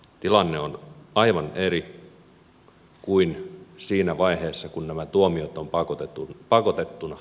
tilanne on aivan eri kuin siinä vaiheessa kun nämä tuomiot ovat pakotettuina tulleet